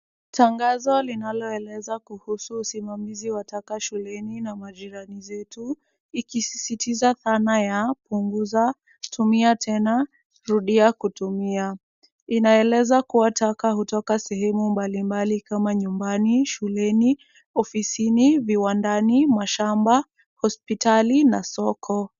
Tangazo linaloeleza kuhusu usimamizi wa taka shuleni na majirani zetu, ikisisitiza dhana ya punguza, tumia tena, rudia kutumia. Inaeleza kuwa taka hutoka sehemu mbalimbali kama nyumbani, shuleni, ofisini, viwandani, mashamba, hospitali na soko.